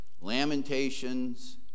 Lamentations